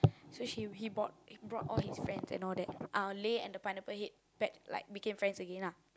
so she he brought brought all his friends and all that ah Lei and the Pineapple Head back like became friends again lah